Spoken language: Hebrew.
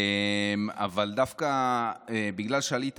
אבל דווקא בגלל שענית,